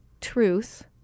truth